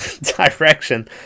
direction